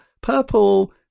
Purple